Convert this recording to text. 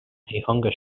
hunger